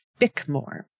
Bickmore